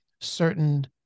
certain